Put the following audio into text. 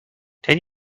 can